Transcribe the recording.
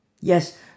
Yes